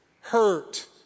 hurt